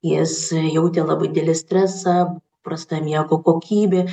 jis jautė labai didelį stresą prasta miego kokybė